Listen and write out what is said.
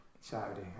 Saturday